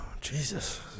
Jesus